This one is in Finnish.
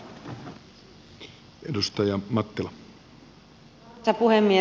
arvoisa puhemies